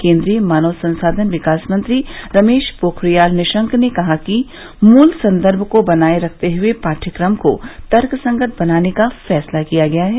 केन्द्रीय मानव संसाधन विकास मंत्री रमेश पोखरियाल निशंक ने कहा कि मूल संदर्भ को बनाए रखते हुए पाठ्यक्रम को तर्कसंगत बनाने का फैसला किया गया है